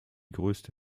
grösste